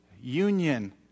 union